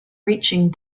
reaching